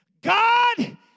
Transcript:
God